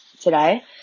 today